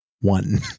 One